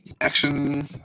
action